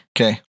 Okay